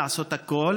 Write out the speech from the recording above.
לעשות הכול